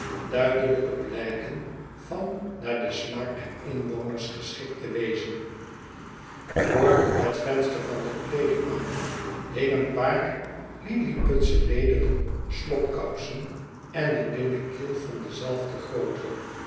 duidelijke blyken van naar den smaak der inwoners geschikt te wezen yoor het venster van den kleedermaker hing een paar lilliputsche lederen slopkousen en een linnen kiel van dezelfde grootte